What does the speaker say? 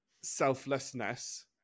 Selflessness